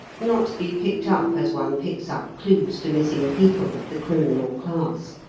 not be picked up as one picks up clues to missing people of the criminal class.